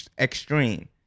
extreme